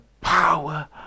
power